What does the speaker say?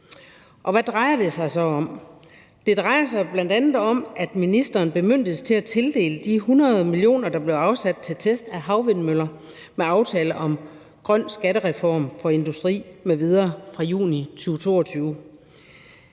Hvad drejer det sig så om? Det drejer sig bl.a. om, at ministeren bemyndiges til at tildele de 100 mio. kr., der blev afsat til test af havvindmøller med aftalen om grøn skattereform for industri m.v. fra juni 2022.